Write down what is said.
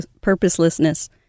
purposelessness